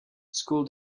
school